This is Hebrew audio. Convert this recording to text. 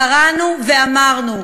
קראנו ואמרנו,